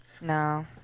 No